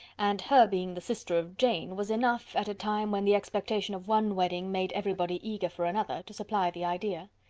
and her being the sister of jane, was enough, at a time when the expectation of one wedding made everybody eager for another, to supply the idea.